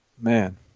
man